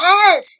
Yes